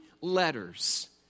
letters